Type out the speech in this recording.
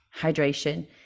hydration